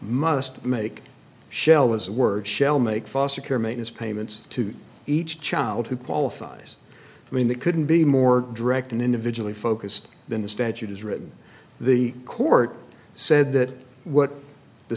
must make shell his word shall make foster care made his payments to each child who qualifies i mean that couldn't be more direct than individually focused than the statute is written the court said that what the